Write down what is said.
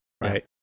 Right